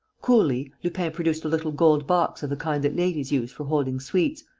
coolly, lupin produced a little gold box of the kind that ladies use for holding sweets,